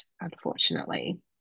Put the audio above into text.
unfortunately